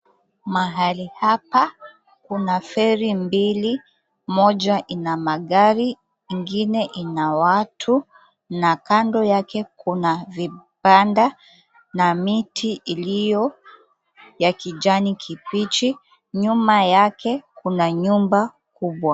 Mahali hapa kuna feri mbili, moja ina magari, ingine ina watu na kando yake kuna vibanda na miti iliyo ya kijani kibichi, nyuma yake kuna nyumba kubwa.